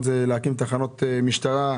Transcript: חלקו להיוועדות חזותית שנדרשנו לעשות במהלך